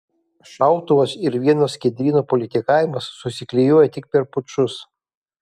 šautuvas ir vieno skiedryno politikavimas susiklijuoja tik per pučus